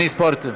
אני אספור את זה.